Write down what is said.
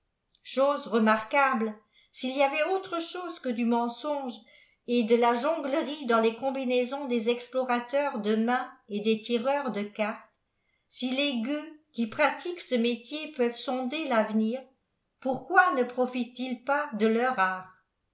chose remarquable s'il y avait autre chose que du mensonge et de la jonglerie dans les combinaisons des eicplorateurs de mains et des tireurs de cartes sii les gueux qui pratiquent ce métier peuvent sonder l'avenir pourqucn ne profitent ils pas de leur art